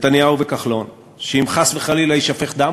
נתניהו וכחלון: שאם חס וחלילה יישפך דם,